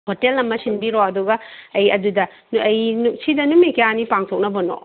hotel ꯑꯃ ꯁꯤꯟꯕꯤꯔꯛꯑꯣ ꯑꯗꯨꯒ ꯑꯩ ꯑꯗꯨꯗ ꯑꯩ ꯁꯤꯗ ꯅꯨꯃꯤꯠ ꯀꯌꯥꯅꯤ ꯄꯥꯡꯊꯣꯛꯅꯕꯅꯣ